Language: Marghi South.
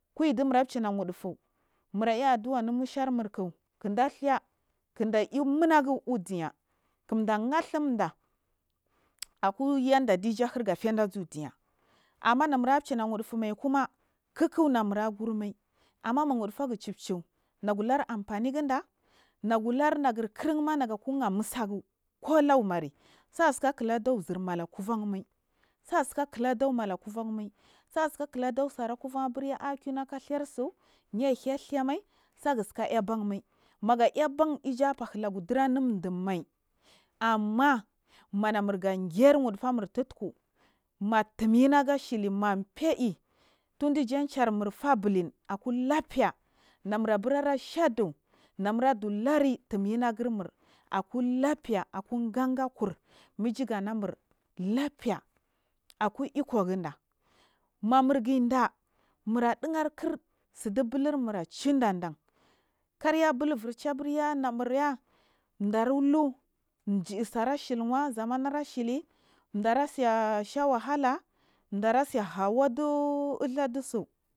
Kugidumura china wuɗufu mur i adua anumusharmurk kinda dhakinda i munagu u duniya kin da gha tsumda aku yanddi iju fenda du duniya amma namura cina wudu, fumai kuma kikkuna mura gurmai amma ma wuɗufagu chubchu nagulaur anfanigida nagulaur nagu kirinma naguku gha mutsagu kolaumari sabrika kiladur zir mala kuvanmai sa sika kila durmala kuvanmai sasika kilaɗur sarakuvan a aburya kuvan kina a sir suu yahiy dhaimai sagatsika ibanmai maga iban iju afahina lagudiri num dumai amma manamur ger wudufarmu tutku matumyinagu sii mafeyi ijan cermur faa belin labfena murabura shadu namuradulauri tumyinagurmur akulabfe aku gangakur ma iju anamur labfe akugangakur mamurginda muradigakir sahdu bulurmur acidandau karya bul burcha burya namurya dira hu jij sa rashilwa zaman ashili jarasha wahala daratsi ghawu adut suu.